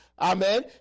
Amen